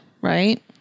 right